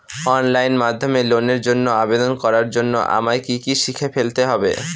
Online মাধ্যমে লোনের জন্য আবেদন করার জন্য আমায় কি কি শিখে ফেলতে হবে?